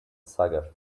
saga